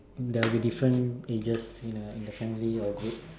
there'll be different ages in a in the family or group